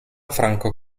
franco